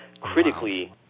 critically